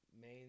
Main